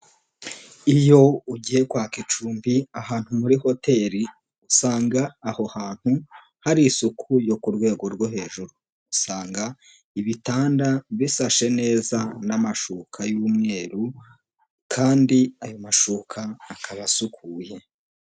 Iyo ugiye kwaka icumbi ahantu muri hoteri, usanga aho hantu hari isuku yo ku rwego rwo hejuru, usanga ibitandabisashe neza n'amashuka y'umweru, kandi ayo mashuka akaba asukuye.